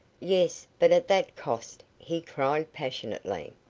yes, but at that cost, he cried, passionately.